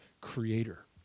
creator